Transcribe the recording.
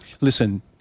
Listen